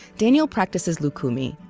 daniel practices lucumi,